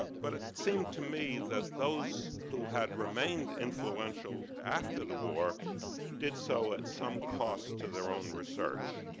but but it seemed to me that those who had remained influential after the war did so at some cost to their own research.